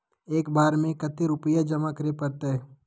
एक बार में कते रुपया जमा करे परते?